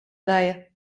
daję